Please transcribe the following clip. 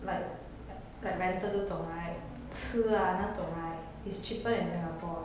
like like rental 这种吃啊那种 is cheaper than singapore